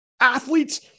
Athletes